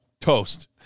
Toast